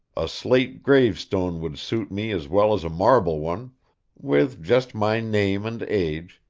a slate gravestone would suit me as well as a marble one with just my name and age,